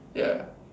ya